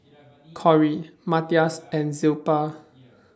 Kory Matias and Zilpah